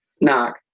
knock